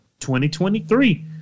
2023